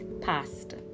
past